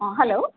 অঁ হেল্ল'